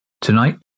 Tonight